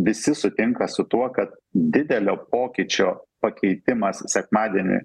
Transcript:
visi sutinka su tuo kad didelio pokyčio pakeitimas sekmadienį